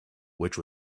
which